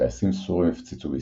כשטייסים סורים הפציצו בישראל,